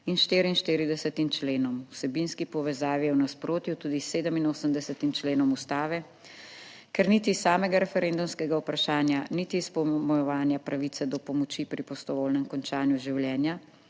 in 44. členom v vsebinski povezavi je v nasprotju tudi s 87. členom Ustave ker niti samega referendumskega vprašanja niti izpolnjevanja pravice do pomoči pri prostovoljnem končanju življenja